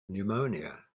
pneumonia